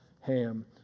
Ham